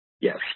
yes